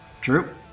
true